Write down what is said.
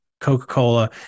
Coca-Cola